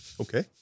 Okay